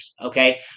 Okay